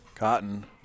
Cotton